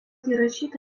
įrašyta